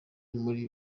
muri